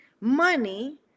money